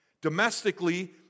Domestically